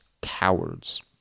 cowards